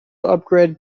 upgrade